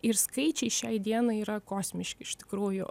ir skaičiai šiai dienai yra kosmiški iš tikrųjų